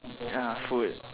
ya food